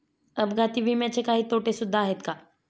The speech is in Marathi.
अपघाती विम्याचे काही तोटे सुद्धा आहेत का?